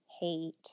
hate